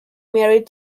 married